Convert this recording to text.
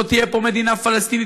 לא תהיה פה מדינה פלסטינית,